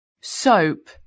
soap